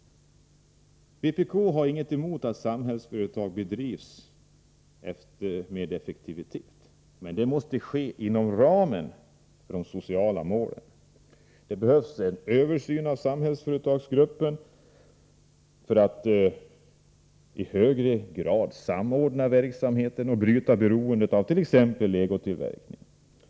Vpk har inget emot att Samhällsföretags verksamhet bedrivs effektivt, men det måste ske inom ramen för det sociala målet. Det behövs en översyn av Samhällsföretagsgruppen, bl.a. för att man skall uppnå en högre grad av samordning av verksamheten och bryta beroendet av legotillverkning.